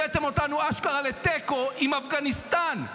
הבאתם אותנו אשכרה לתיקו עם אפגניסטן.